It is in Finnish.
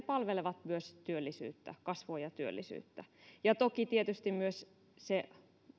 palvelevat myös työllisyyttä kasvua ja työllisyyttä ja toki tietysti myös se